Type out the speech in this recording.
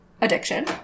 addiction